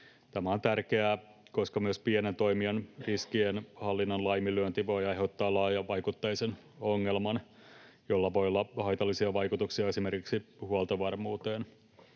Tämä on tärkeää, koska myös pienen toimijan riskienhallinnan laiminlyönti voi aiheuttaa laajavaikutteisen ongelman, jolla voi olla haitallisia vaikutuksia esimerkiksi huoltovarmuuteen.